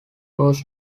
was